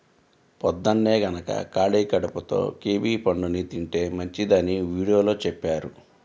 పొద్దన్నే గనక ఖాళీ కడుపుతో కివీ పండుని తింటే మంచిదని వీడియోలో చెప్పారు